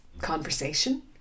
conversation